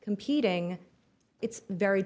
competing it's very